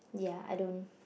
ya I don't